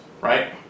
right